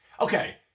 okay